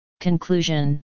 Conclusion